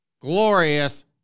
glorious